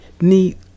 need